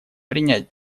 принять